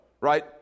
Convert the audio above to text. right